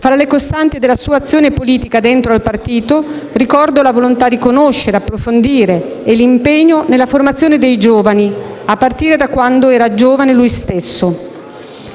Fra le costanti della sua azione politica dentro al partito ricordo la volontà di conoscere e approfondire e l'impegno nella formazione dei giovani, a partire da quando era giovane lui stesso.